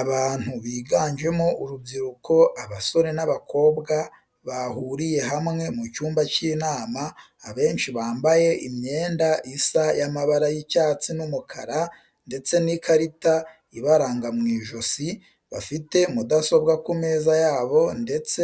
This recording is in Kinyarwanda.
Abantu biganjemo urubyiruko abasore n'abakobwa bahuriye hamwe mu cyumba cy'inama abenshi bambaye imyenda isa y'amabara y'icyatsi n'umukara ndetse n'ikarita ibaranga mu ijosi, bafite mudasobwa ku meza yabo ndetse